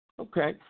Okay